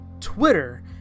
Twitter